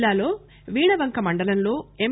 జిల్లాలో వీణవంక మండలంలో ఎం